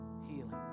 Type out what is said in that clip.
Healing